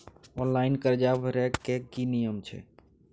Online कर्जा भरै के की नियम छै?